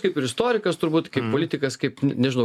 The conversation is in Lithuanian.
kaip ir istorikas turbūt kaip politikas kaip nežinau